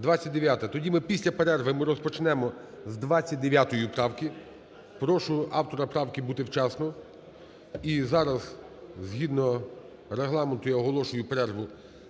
29-а. Тоді ми після перерви розпочнемо з 29 правки. Прошу автора правки бути вчасно. І зараз згідно Регламенту я оголошую перерву